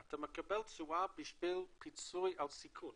אתה מקבל תשואה בשביל פיצוי על סיכון